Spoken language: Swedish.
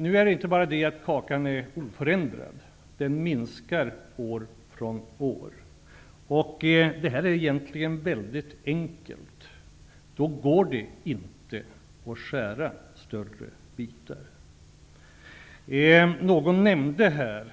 Nu är ju inte kakan enbart oförändrad, utan den minskar år från år, och då går det inte att skära större bitar. Det är egentligen väldigt enkelt att inse. Någon nämnde här